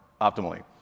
optimally